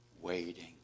waiting